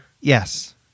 Yes